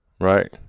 Right